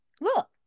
look